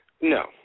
No